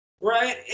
Right